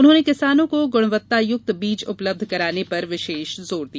उन्होंने किसानों को गुणवत्तायुक्त बीज उपलब्ध कराने पर विशेष जोर दिया